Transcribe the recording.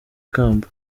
ikamba